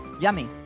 yummy